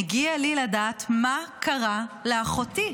מגיע לי לדעת מה קרה לאחותי.